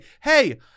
hey